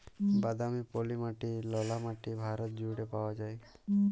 বাদামি, পলি মাটি, ললা মাটি ভারত জুইড়ে পাউয়া যায়